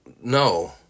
no